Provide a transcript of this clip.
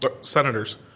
senators